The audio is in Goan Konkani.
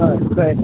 हय